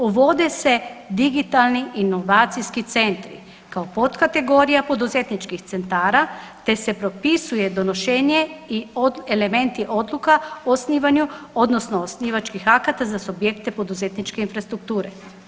Uvode se digitalni inovacijski centri kao potkategorija kao potkategorija poduzetničkih centara, te se propisuje donošenje i elementi odluka o osnivanju odnosno osnivačkih akata za subjekte poduzetničke infrastrukture.